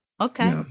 okay